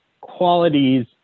qualities